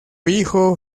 hijo